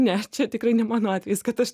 ne čia tikrai ne mano atvejis kad aš